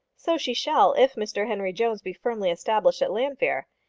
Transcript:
so she shall, if mr henry jones be firmly established at llanfeare.